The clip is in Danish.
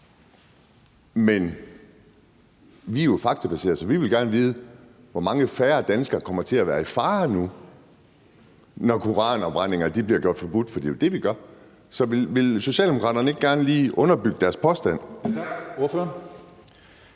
Men vi er jo for det faktabaserede, så vi vil gerne vide, hvor mange færre danskere der kommer til at være i fare nu, når koranafbrændinger bliver forbudt. For det er jo det, vi gør. Så vil Socialdemokraterne ikke gerne lige underbygge deres påstand?